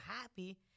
happy